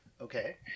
Okay